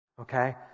Okay